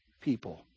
people